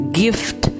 gift